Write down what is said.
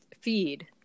feed